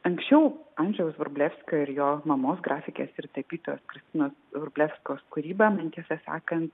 anksčiau andriaus vrublevskio ir jo mamos grafikės ir tapytojos kristinos vrublevskos kūryba man tiesą sakant